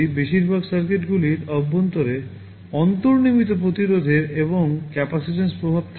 বেশিরভাগ সার্কিটগুলির অভ্যন্তরে অন্তর্নির্মিত রোধের থাকে